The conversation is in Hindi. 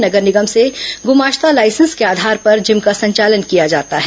नगर निगम से ग्रमास्ता लाइसेंस के आधार पर जिम का संचालन किया जाता है